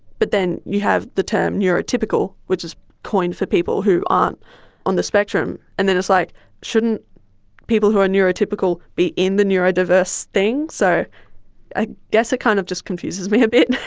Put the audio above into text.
but then you have the term neurotypical, which is coined for people who aren't on the spectrum. and then it's like shouldn't people who are neurotypical be in the neurodiverse thing? so i guess it kind of just confuses me a bit.